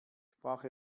sprach